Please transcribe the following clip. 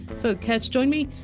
so care to join me?